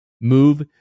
move